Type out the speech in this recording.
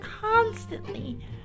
constantly